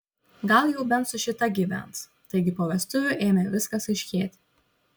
gal jau bent su šita gyvens taigi po vestuvių ėmė viskas aiškėti